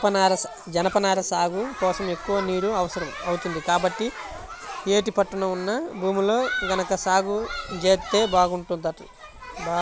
జనపనార సాగు కోసం ఎక్కువ నీరు అవసరం అవుతుంది, కాబట్టి యేటి పట్టున ఉన్న భూముల్లో గనక సాగు జేత్తే బాగుంటది